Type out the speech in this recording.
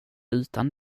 utan